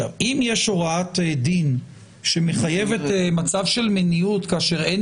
אם יש הוראת דין שמחייבת מצב של מניעות כאשר אין